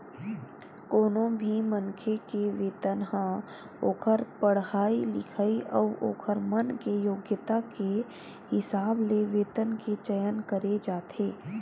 कोनो भी मनखे के वेतन ह ओखर पड़हाई लिखई अउ ओखर मन के योग्यता के हिसाब ले वेतन के चयन करे जाथे